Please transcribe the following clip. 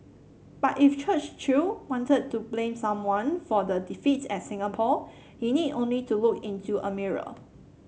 but if Churchill wanted to blame someone for the defeat at Singapore he need only to look into a mirror